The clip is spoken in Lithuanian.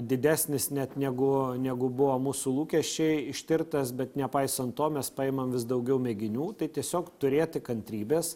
didesnis net negu negu buvo mūsų lūkesčiai ištirtas bet nepaisant to mes paimam vis daugiau mėginių tai tiesiog turėti kantrybės